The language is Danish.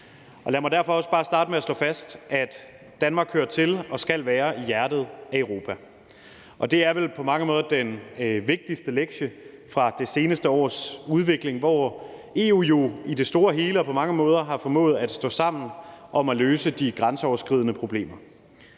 Lad mig derfor også bare starte med at slå fast, at Danmark hører til og skal være i hjertet af Europa. Det er vel på mange måder den vigtigste lektie fra det seneste års udvikling, hvor EU jo i det store hele og på mange måder har formået at stå sammen om at løse de grænseoverskridende problemer.